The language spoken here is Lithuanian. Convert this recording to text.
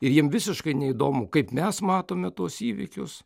ir jiem visiškai neįdomu kaip mes matome tuos įvykius